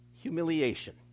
humiliation